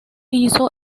hizo